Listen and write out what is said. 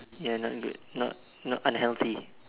ya not go not not unhealthy